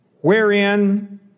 wherein